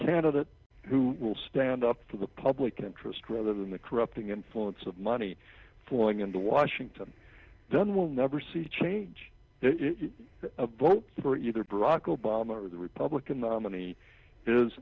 candidate who will stand up for the public interest rather than the corrupting influence of money flowing into washington done will never see change if a vote for either brock obama or the republican nominee is